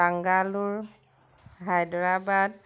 Bangalore Hyderabad